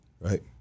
Right